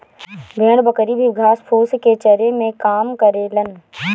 भेड़ बकरी भी घास फूस के चरे में काम करेलन